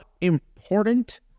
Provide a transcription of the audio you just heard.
important